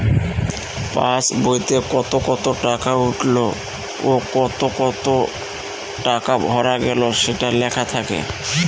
pass বইতে কত কত টাকা উঠলো ও কত কত টাকা ভরা গেলো সেটা লেখা থাকে